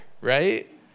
right